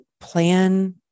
plan